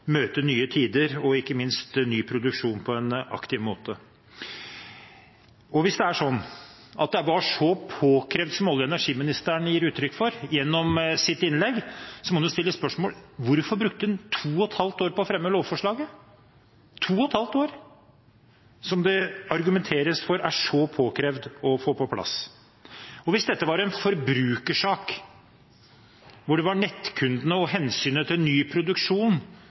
møte nye tider og ikke minst ny produksjon på en aktiv måte. Hvis det er sånn at det var så påkrevd som olje- og energiministeren gir uttrykk for gjennom sitt innlegg, må en stille spørsmålet: Hvorfor brukte han to og et halvt år på å fremme lovforslaget som det argumenteres for er så påkrevd å få på plass? Og hvis dette var en forbrukersak, hvor det var nettkundene og hensynet til ny produksjon